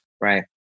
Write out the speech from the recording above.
right